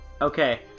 Okay